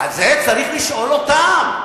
את זה צריך לשאול אותם.